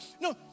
No